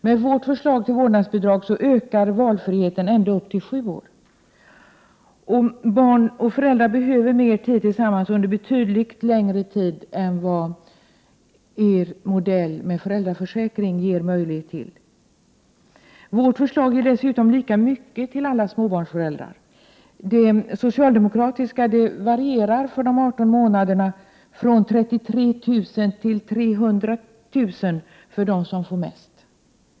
Med vårt förslag till vårdnadsbidrag ökar valfriheten ända upp till dess att barnet är sju år. Föräldrar behöver mer tid tillsammans med sina barn betydligt längre tid än vad er modell med föräldraförsäkring ger möjlighet till. Vårt förslag ger dessutom lika mycket till alla småbarnsföräldrar. Det socialdemokratiska bidraget varierar under dessa 18 månader från 33 000 kr. till 300 000 kr. för dem som får mest.